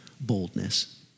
boldness